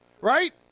Right